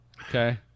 Okay